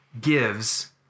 gives